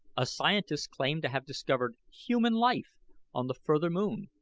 a scientist claimed to have discovered human life on the further moon.